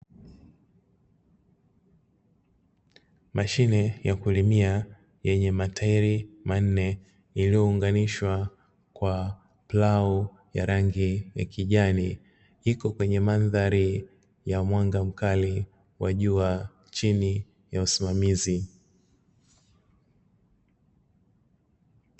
Mashine ya kulimia yenye matairi manne yakiyounganishwa kwa plau ya rangi ya kijani, iko kwenye mandhari ya mwanga mkali wa jua chini ya usimamizi.